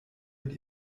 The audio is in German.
mit